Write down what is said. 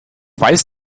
weiß